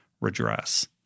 redress